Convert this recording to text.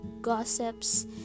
gossips